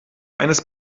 eines